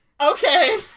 Okay